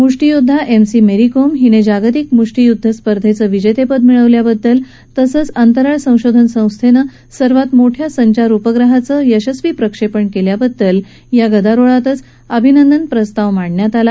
मुष्टीयोध्दा M C Mary Kom हिने जागतिक मुष्टीयुद्ध स्पर्धेचं विजेतेपद मिळवल्याबद्दल तसंच अंतराळ संशोधन संस्थेनं सर्वात मोठ्या संचार उपग्रहाचं यशस्वी प्रक्षेपण केल्याबद्दल अध्यक्षांनी या गदारोळातच अभिनंदन प्रस्ताव मांडला